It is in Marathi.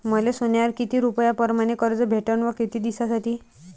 मले सोन्यावर किती रुपया परमाने कर्ज भेटन व किती दिसासाठी?